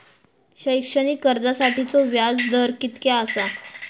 शैक्षणिक कर्जासाठीचो व्याज दर कितक्या आसा?